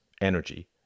energy